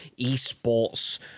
eSports